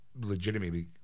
legitimately